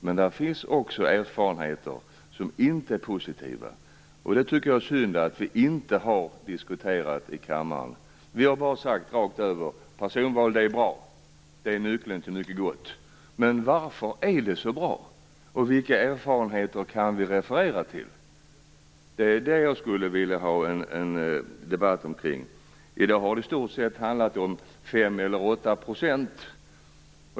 Men det finns också erfarenheter som inte är positiva. Det är synd att vi inte har diskuterat det i kammaren. Vi har bara sagt rakt över att personval är bra och nyckeln till mycket gott. Men varför är det så bra, och vilka erfarenheter kan vi referera till? Det skulle jag vilja ha en debatt omkring. I dag har det i stort sett handlat om 5 eller 8 %.